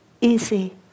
easy